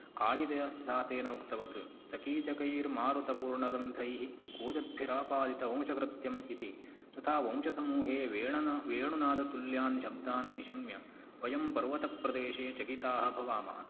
काळिदा दासेन उक्तवत् सकीचकैर्मारुतरन्ध्रपूर्णैः कूजद्भिरापादितवंशकृत्यम् इति तथा वंशसमूहे वेणन वेणुनादतुल्यान् शब्दान् निशम्य वयं पर्वतप्रदेशे चकिता भवामः